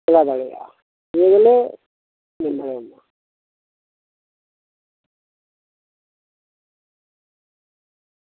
ᱥᱮᱲᱟ ᱫᱟᱲᱮᱭᱟᱜᱼᱟ ᱱᱤᱭᱟᱹᱞᱮ ᱢᱮᱱ ᱫᱟᱲᱮᱣᱟᱢᱟ